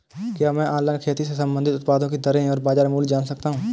क्या मैं ऑनलाइन खेती से संबंधित उत्पादों की दरें और बाज़ार मूल्य जान सकता हूँ?